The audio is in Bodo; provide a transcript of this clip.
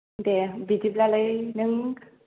दे बिदिब्लालाय नों